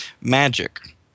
magic